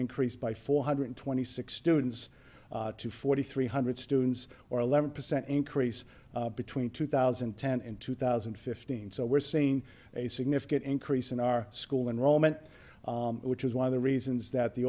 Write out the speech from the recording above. increased by four hundred twenty six students to forty three hundred students or eleven percent increase between two thousand and ten and two thousand and fifteen so we're seeing a significant increase in our school enrollment which is one of the reasons that the